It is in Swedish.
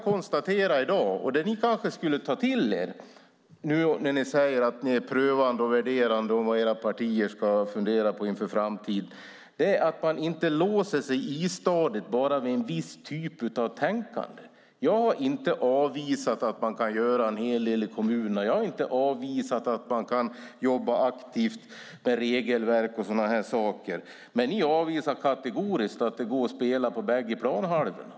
Det som ni kanske skulle ta till er, nu när ni säger att ni är prövande och värderande när det gäller vad era partier ska fundera på inför framtiden, är att ni inte ska låsa er istadigt vid bara en viss typ av tänkande. Jag har inte avvisat att man kan göra en hel del i kommunerna. Jag har inte avvisat att man kan jobba aktivt med regelverk och sådana saker. Men ni avvisar kategoriskt att det går att spela på bägge planhalvorna.